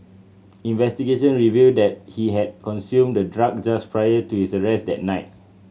investigation revealed that he had consumed the drug just prior to his arrest that night